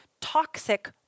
toxic